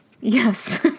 Yes